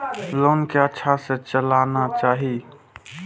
Loan के अच्छा से चलाना चाहि?